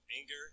anger